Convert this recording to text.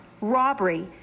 robbery